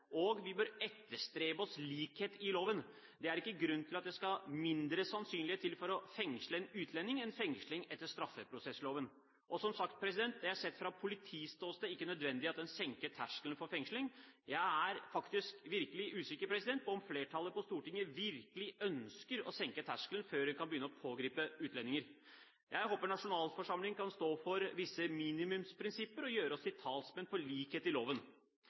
og vi bør etterstrebe likhet i loven. Det er ikke grunn til at det skal mindre sannsynlighet til for å fengsle en utlending enn fengsling etter straffeprosessloven. Som sagt: Det er sett fra politiståsted ikke nødvendig at en senker terskelen for fengsling. Jeg er faktisk virkelig usikker på om flertallet på Stortinget virkelig ønsker å senke terskelen før en kan begynne å pågripe utlendinger. Jeg håper nasjonalforsamlingen kan stå for visse minimumsprinsipper og gjøre oss til talsmenn for likhet for loven.